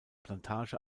plantage